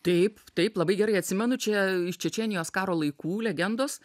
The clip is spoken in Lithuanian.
taip taip labai gerai atsimenu čia iš čečėnijos karo laikų legendos